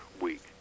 Week